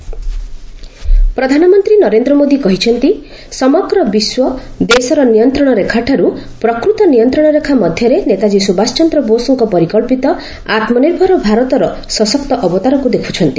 PM Kolkata visit ପ୍ରଧାନମନ୍ତ୍ରୀ ନରେନ୍ଦ୍ର ମୋଦୀ କହିଛନ୍ତି ସମଗ୍ର ବିଶ୍ୱ ଦେଶର ନିୟନ୍ତ୍ରଣ ରେଖାଠାରୁ ପ୍ରକୃତ ନିୟନ୍ତ୍ରଣ ରେଖା ମଧ୍ୟରେ ନେତାଜ୍ଞୀ ସୁଭାଷ ଚନ୍ଦ୍ର ବୋଷଙ୍କ ପରିକକ୍ସିତ ଆତ୍ମ ନିର୍ଭର ଭାରତର ସଶକ୍ତ ଅବତାରକୁ ଦେଖୁଛନ୍ତି